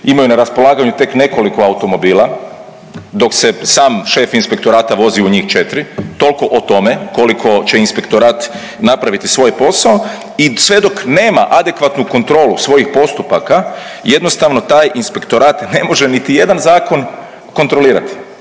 imaju na raspolaganju tek nekoliko automobila dok se sam šef inspektorata vozi u njih četri, tolko o tome koliko će inspektorat napraviti svoj posao i sve dok nema adekvatnu kontrolu svojih postupaka jednostavno taj inspektorat ne može niti jedan zakon kontrolirati